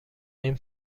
این